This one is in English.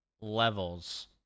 levels